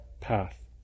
path